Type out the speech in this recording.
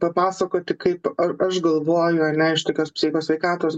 papasakoti kaip a aš galvoju ar ne iš tokios psichikos sveikatos